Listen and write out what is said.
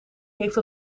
heeft